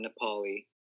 Nepali